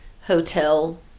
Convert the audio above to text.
hotel